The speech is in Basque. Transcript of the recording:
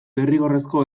derrigorrezko